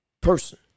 person